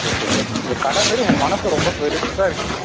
okay sir உங்கள் கடை மாதிரி உங்கள் மனசும் ரொம்ப பெருசாக இருக்குது சார்